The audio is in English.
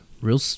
real